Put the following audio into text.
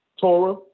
Torah